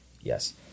yes